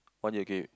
one year okay